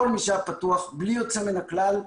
כל מי שהיה פתוח בלי יוצא מן הכלל,